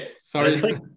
Sorry